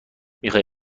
میخوای